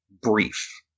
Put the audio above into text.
brief